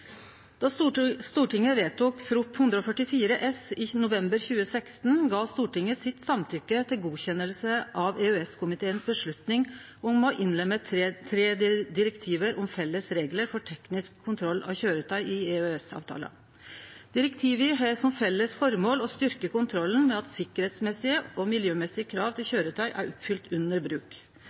Stortinget vedtok Prop. 144 S for 2015–2016 i november 2016, gav Stortinget samtykke til godkjenning av EØS-komiteen si avgjerd om å innlemme tre direktiv om felles reglar for teknisk kontroll av køyretøy i EØS-avtala. Direktiva har som felles føremål å styrkje kontrollen med at krava til sikkerheit og miljø er oppfylte under bruk.